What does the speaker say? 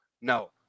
No